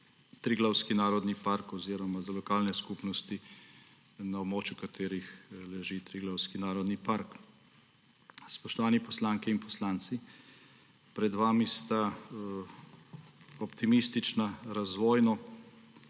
Triglavski narodi park oziroma za lokalne skupnosti, na območju katerih leži Triglavski narodi park. Spoštovani poslanke in poslanci! Pred vami sta optimistična razvojno